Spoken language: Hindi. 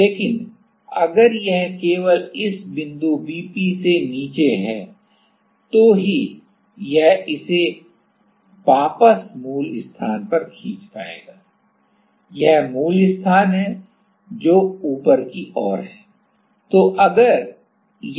लेकिन अगर यह केवल इस बिंदु Vp से नीचे है तो ही यह इसे वापस मूल स्थान पर खींच पाएगा यह मूल स्थान है जो ऊपर की ओर है